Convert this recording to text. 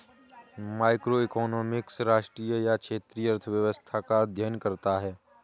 macroeconomics राष्ट्रीय या क्षेत्रीय अर्थव्यवस्था का अध्ययन करता है